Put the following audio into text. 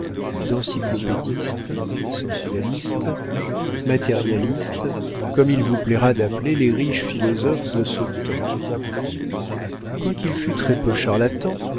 d'encyclopédistes sensualistes matérialistes comme il vous plaira d'appeler les riches philosophes de ce temps quoiqu'il fût très-peu charlatan